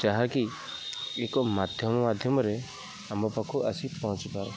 ଯାହାକି ଏକ ମାଧ୍ୟମ ମାଧ୍ୟମରେ ଆମ ପାଖୁ ଆସି ପହଞ୍ଚିପାରେ